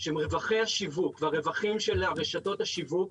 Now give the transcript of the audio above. שמרווחי השיווק והרווחים של רשתות השיווק...